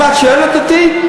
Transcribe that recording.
אם את שואלת אותי,